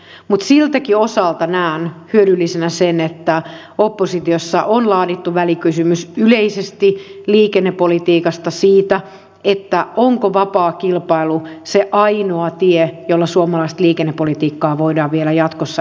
mutta siltäkin osalta näen hyödyllisenä sen että oppositiossa on laadittu välikysymys yleisesti liikennepolitiikasta siitä onko vapaa kilpailu se ainoa tie jolla suomalaista liikennepolitiikkaa voidaan viedä jatkossa eteenpäin